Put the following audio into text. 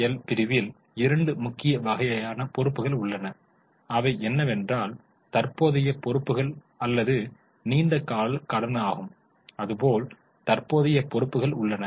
L பிரிவில் இரண்டு முக்கிய வகையான பொறுப்புகள் உள்ளன அவை என்னவென்றால் தற்போதைய பொறுப்புகள் அல்லது நீண்ட கால கடன்கள் ஆகும் அதுபோல் தற்போதைய பொறுப்புகள் உள்ளன